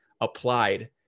applied